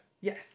Yes